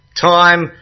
time